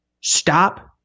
Stop